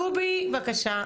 דובי, בבקשה.